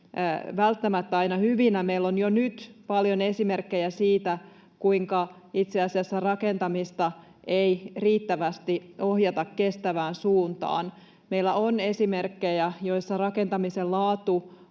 välttämättä aina hyvinä. Meillä on jo nyt paljon esimerkkejä siitä, kuinka itse asiassa rakentamista ei riittävästi ohjata kestävään suuntaan. Meillä on esimerkkejä, joissa rakentamisen laatu